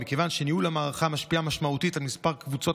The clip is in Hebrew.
ומכיוון שניהול המערכה משפיע משמעותית על כמה קבוצות